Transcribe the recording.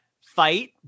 fight